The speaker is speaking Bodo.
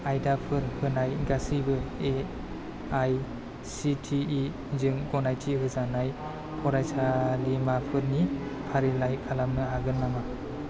आयदाफोर होनाय गासिबो A I C T E जों गनायथि होजानाय फरायसालिमाफोरनि फारिलाइ खालामनो हागोन नामा